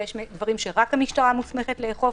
ויש דברים שרק המשטרה מוסמכת לאכוף.